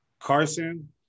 Carson